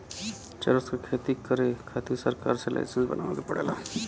चरस क खेती करे खातिर सरकार से लाईसेंस बनवाए के पड़ेला